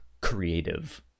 creative